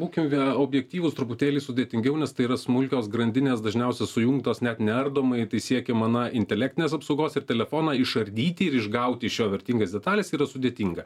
būkime objektyvūs truputėlį sudėtingiau nes tai yra smulkios grandinės dažniausia sujungtos net neardoma ir tai siekia na intelektinės apsaugos ir telefoną išardyti ir išgauti iš jo vertingas detales yra sudėtinga